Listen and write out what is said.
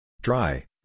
Dry